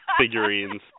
figurines